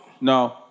no